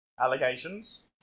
allegations